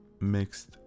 mixed